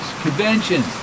conventions